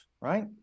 right